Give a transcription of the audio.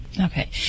Okay